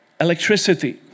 electricity